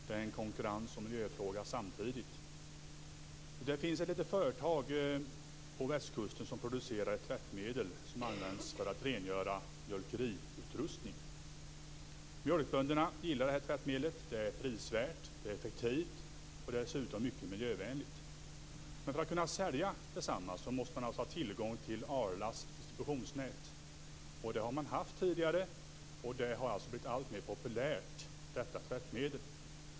Fru talman! Jag har en fråga till jordbruksministern. Det är både en konkurrens och en miljöfråga. Det finns ett litet företag på västkusten som producerar tvättmedel som används för att rengöra mjölkeriutrustning. Mjölkbönderna gillar det här medlet. Det är prisvärt och effektivt, och det är dessutom mycket miljövänligt. Men för att kunna sälja det måste företaget ha tillgång till Arlas distributionsnät. Det har man tidigare haft, och detta tvättmedel har blivit alltmer populärt.